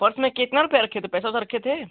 purse में कितना रुपया रखे थे पैसा ओसा रखे थे